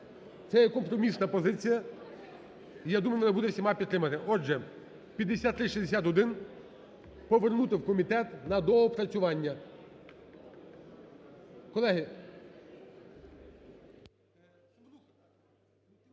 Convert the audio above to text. Це є компромісна позиція, я думаю, вона буде усіма підтримана. Отже, 5361 повернути у комітет на доопрацювання.